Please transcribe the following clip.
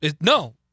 No